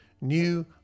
new